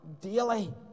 daily